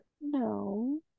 No